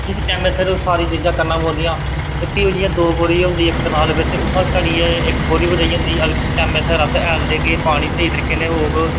इसी करने आस्तै एह् सारियां चीज़ां करना पौंदियां ते भी ओह् जियां दौ बोरी होंदी ऐ इक्क कनाल बिच भी ओह् इक्क बोरी पर रेही जंदी अगर अस उसी टैमे सिर हैल देगे पानी स्हेई तरीके कन्नै होग